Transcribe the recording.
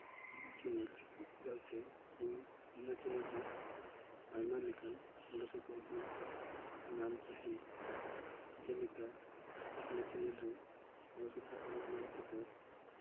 channel ᱪᱮᱫᱟᱜ ᱥᱮ ᱤᱧ ᱚᱱᱟ ᱪᱮᱱᱮᱞ ᱨᱮ ᱟᱭᱢᱟ ᱞᱮᱠᱟᱱ ᱜᱚᱲᱚ ᱥᱚᱯᱚᱦᱚᱫ ᱧᱟᱢ ᱛᱟᱦᱮᱱᱤᱧ ᱡᱮᱞᱮᱠᱟ ᱚᱱᱟ ᱪᱮᱱᱮᱞ ᱨᱮ ᱜᱚᱲᱚᱥᱚᱯᱚᱦᱚᱫ ᱢᱮᱱ ᱛᱮᱫᱚ